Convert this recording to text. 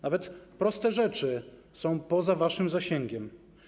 Nawet proste rzeczy są poza waszym zasięgiem.